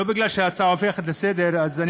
לא בגלל שההצעה הופכת להצעה לסדר-היום,